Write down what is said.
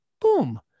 Boom